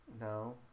No